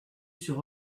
sur